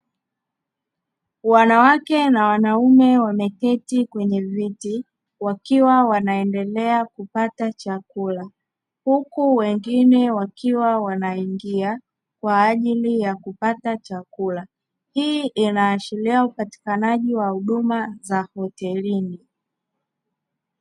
Wanawake na wanaume wameketi kwenye viti, wakiwa wanaendelea kupata chakula. Huku wengine wakiwa wanaingia kwa ajili ya kupata chakula. Hii inaashiria upatikanaji wa huduma za hotelini.